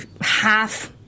half